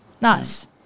nice